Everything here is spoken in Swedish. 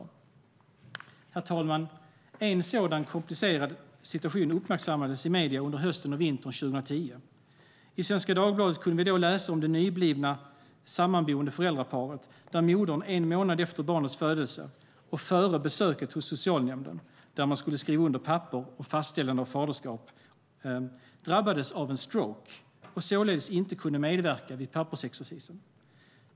Herr talman! En sådan komplicerad situation uppmärksammades i medierna under hösten och vintern 2010. I Svenska Dagbladet kunde vi då läsa om det nyblivna sammanboende föräldraparet, där modern en månad efter barnets födelse - och före besöket hos socialnämnden där man skulle skriva under papper om fastställande av faderskap - drabbades av en stroke och således inte kunde medverka vid pappersexercisen.